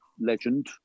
legend